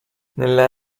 nella